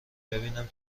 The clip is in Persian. ببینم